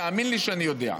תאמין לי שאני יודע.